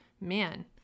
man